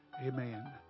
Amen